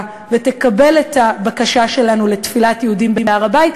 ותקבל את הבקשה שלנו לתפילת יהודים בהר-הבית.